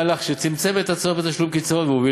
מהלך שצמצם את הצורך בתשלום קצבאות והוביל